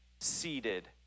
seated